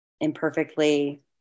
imperfectly